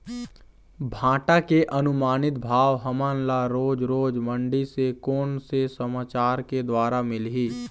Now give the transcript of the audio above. भांटा के अनुमानित भाव हमन ला रोज रोज मंडी से कोन से समाचार के द्वारा मिलही?